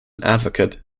advocate